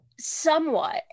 Somewhat